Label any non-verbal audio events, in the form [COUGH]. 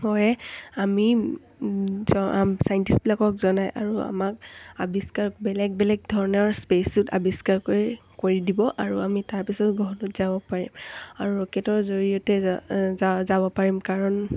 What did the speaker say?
কৰে আমি [UNINTELLIGIBLE] ছাইণ্টিষ্টবিলাকক জনাই আৰু আমাক আৱিষ্কাৰ বেলেগ বেলেগ ধৰণৰ স্পেচ শ্বুট আৱিষ্কাৰ কৰি দিব আৰু আমি তাৰপিছত গ্ৰহটোত যাব পাৰিম আৰু ৰকেটৰ জৰিয়তে যা যাব পাৰিম কাৰণ